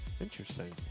Interesting